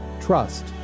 trust